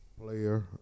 player